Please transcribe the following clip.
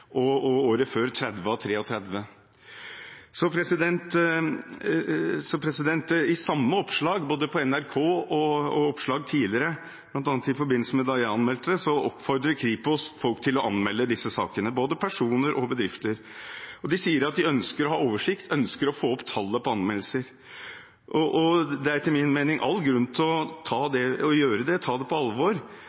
og året før: 30 av 33. I samme oppslag på NRK og i oppslag tidligere, bl.a. i forbindelse med at jeg anmeldte, oppfordrer Kripos både personer og bedrifter til å anmelde disse sakene. De sier at de ønsker å ha oversikt, de ønsker å få opp tallet på anmeldelser. Det er etter min mening all grunn til å gjøre det – og ta det på alvor.